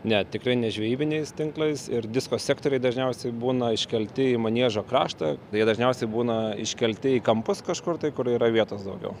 ne tikrai ne žvejybiniais tinklais ir disko sektoriai dažniausiai būna iškelti į maniežo kraštą jie dažniausiai būna iškelti į kampus kažkur tai kur yra vietos daugiau